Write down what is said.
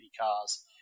cars